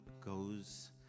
goes